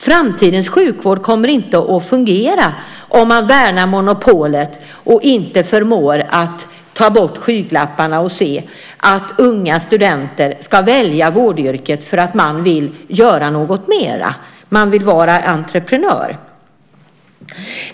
Framtidens sjukvård kommer inte att fungera om man värnar monopolet och inte förmår att ta bort skygglapparna och se att unga studenter ska välja vårdyrket för att de vill göra något mera och vara entreprenörer.